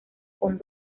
con